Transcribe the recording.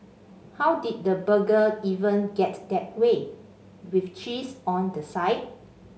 how did the burger even get that way with cheese on the side